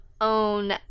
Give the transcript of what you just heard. own